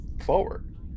forward